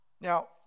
Now